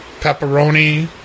pepperoni